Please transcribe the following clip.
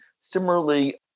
similarly